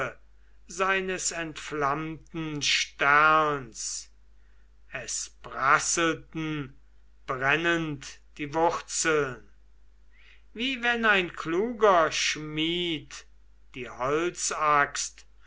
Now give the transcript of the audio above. seines entflammten sterns es prasselten brennend die wurzeln wie wenn ein kluger schmied die